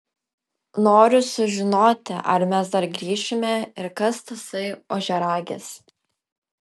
noriu žinoti ar mes dar grįšime ir kas tasai ožiaragis